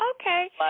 Okay